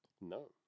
No